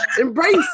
embrace